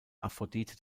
aphrodite